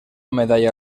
medalla